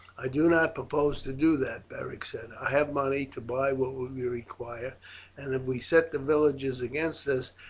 i do not propose to do that, beric said i have money to buy what we require and if we set the villagers against us,